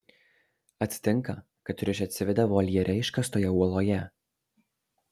atsitinka kad triušė atsiveda voljere iškastoje uoloje